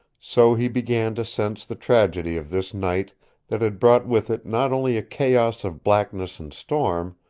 so he began to sense the tragedy of this night that had brought with it not only a chaos of blackness and storm,